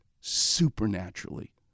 supernaturally